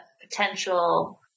potential